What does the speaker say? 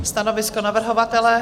Stanovisko navrhovatele?